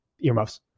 earmuffs